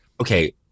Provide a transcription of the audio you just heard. Okay